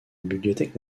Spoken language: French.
bibliothèque